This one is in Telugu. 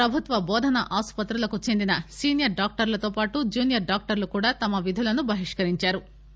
ప్రభుత్వ బోధనా ఆస్పత్రులకు చెందిన సీనియర్ డాక్టర్లతోపాటు జునియర్ డాక్టర్లు కూడా తమ విధులను బహిష్కరించారు